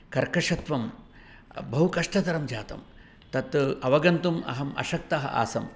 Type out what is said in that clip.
कर्कशत्वं बहु कष्टतरं जातं तत् अवगन्तुम् अहम् अशक्तः आसं